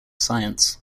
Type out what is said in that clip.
science